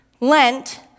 Lent